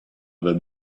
them